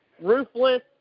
ruthless